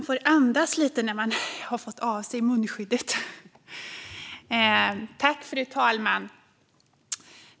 Fru talman!